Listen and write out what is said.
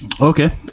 Okay